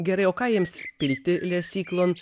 gerai o ką jiems pilti lesyklon